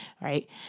right